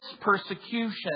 persecution